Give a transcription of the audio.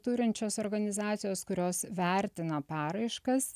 turinčios organizacijos kurios vertina paraiškas